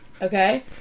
okay